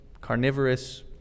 carnivorous